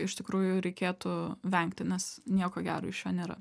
iš tikrųjų reikėtų vengti nes nieko gero iš jo nėra